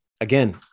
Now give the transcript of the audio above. Again